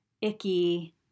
icky